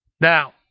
Now